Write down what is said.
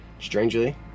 Strangely